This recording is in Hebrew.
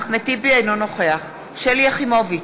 אינו נוכח שלי יחימוביץ,